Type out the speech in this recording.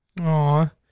Aw